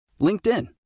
linkedin